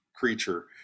creature